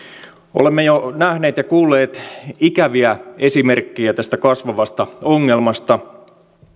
olemme jo nähneet ja kuulleet ikäviä esimerkkejä tästä kasvavasta ongelmasta